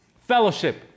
Fellowship